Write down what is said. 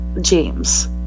James